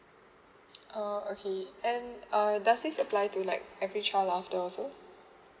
uh okay and uh does this apply to like every child after also